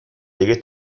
لیگ